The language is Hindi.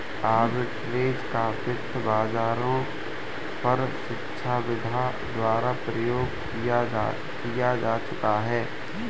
आर्बिट्रेज का वित्त बाजारों पर शिक्षाविदों द्वारा प्रयोग भी किया जा चुका है